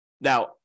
Now